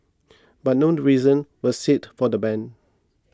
but none reasons were sit for the ban